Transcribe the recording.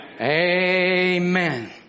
Amen